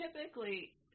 typically